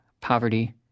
poverty